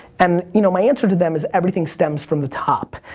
and you know my answer to them is, everything stems from the top.